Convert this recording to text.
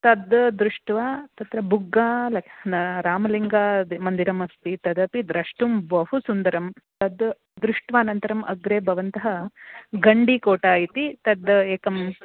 तद् दृष्ट्वा तत्र बुग्गाल रामलिङ्गा मन्दिरमस्ति तदपि द्रष्टुं बहु सुन्दरं तद् दृष्ट्वा अनन्तरम् अग्रे भवन्तः गण्डिकोटा इति तद् एकम्